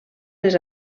les